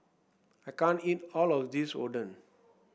I can't eat all of this Oden